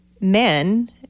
men